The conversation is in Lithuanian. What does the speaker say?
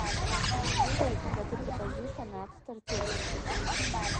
taip bet tai pripažįsta net tartiufai